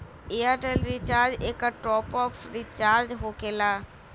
Airtel recharge एकर top off recharge होकेला?